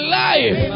life